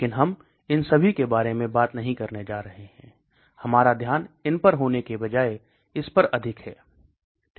लेकिन हम इन सभी के बारे में बात नहीं करने जा रहे हैं हमारा ध्यान इन पर होने के बजाय इन पर अधिक है ठीक